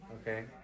Okay